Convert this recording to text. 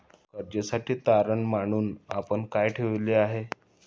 कर्जासाठी तारण म्हणून आपण काय ठेवले आहे?